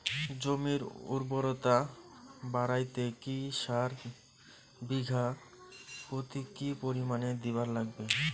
জমির উর্বরতা বাড়াইতে কি সার বিঘা প্রতি কি পরিমাণে দিবার লাগবে?